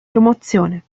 promozione